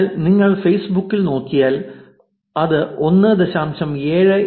അതിനാൽ നിങ്ങൾ ഫേസ്ബുക്കിൽ നോക്കിയാൽ അത് 1